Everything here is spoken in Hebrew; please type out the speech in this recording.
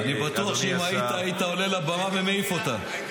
אני בטוח שאם היית, היית עולה לבמה ומעיף אותה.